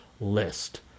list